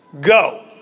Go